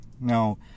Now